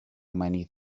many